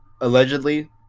allegedly